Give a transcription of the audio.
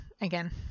again